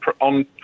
on